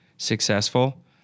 successful